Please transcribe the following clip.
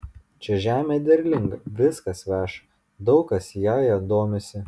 čia žemė derlinga viskas veša daug kas jąja domisi